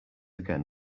again